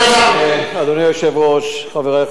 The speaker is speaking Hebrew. אדוני היושב-ראש, חברי חברי הכנסת,